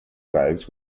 drives